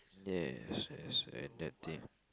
yes yes and that thing